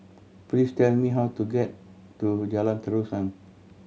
please tell me how to get to Jalan Terusan